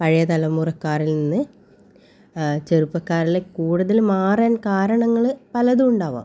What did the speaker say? പഴയ തലമുറക്കാറിൽ നിന്ന് ചെറുപ്പക്കാരിലെ കൂടുതൽ മാറാൻ കാരണങ്ങൾ പലതും ഉണ്ടാവാം